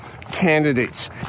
candidates